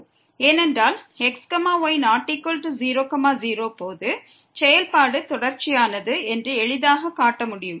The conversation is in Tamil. ஏனென்றால் x y≠0 0 போது செயல்பாடு தொடர்ச்சியானது என்று எளிதாகக் காட்டமுடியும்